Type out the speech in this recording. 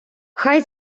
хай